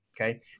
Okay